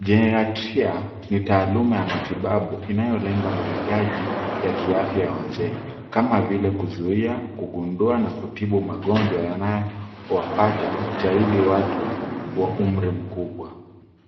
Jerihatria taaluma ya matibabu inayolenga mahitaji ya kiafya ya wazee, kama vile kuzuia, kugundua, na kutibu magonjwa yanayowapata zaidi watu wa umri mkubwa.